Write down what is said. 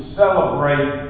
celebrate